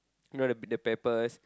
you know the peppers